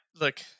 look